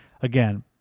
Again